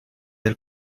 del